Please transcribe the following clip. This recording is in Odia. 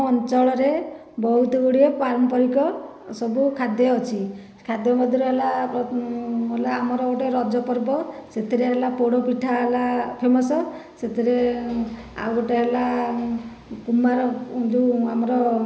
ଅଞ୍ଚଳରେ ବହୁତ ଗୁଡ଼ିଏ ପାରମ୍ପରିକ ସବୁ ଖାଦ୍ୟ ଅଛି ଖାଦ୍ୟ ମଧ୍ୟରେ ହେଲା ହେଲା ଆମର ଗୋଟିଏ ରଜ ପର୍ବ ସେଥିରେ ହେଲା ପୋଡ଼ ପିଠା ହେଲା ଫେମସ ସେଥିରେ ଆଉ ଗୋଟିଏ ହେଲା କୁମାର ଯେଉଁ ଆମର